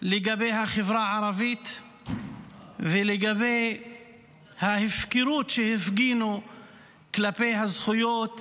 לגבי החברה הערבית ולגבי ההפקרות שהפגינו כלפי הזכויות